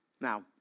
now